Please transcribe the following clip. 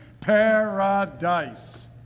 paradise